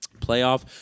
playoff